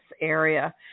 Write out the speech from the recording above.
area